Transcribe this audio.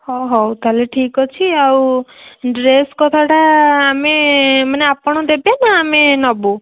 ହଁ ହଉ ତା'ହେଲେ ଠିକ୍ ଅଛି ଆଉ ଡ୍ରେସ୍ କଥାଟା ଆମେ ମାନେ ଆପଣ ଦେବେ ନା ଆମେ ନେବୁ